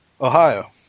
Ohio